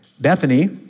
Bethany